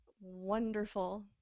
wonderful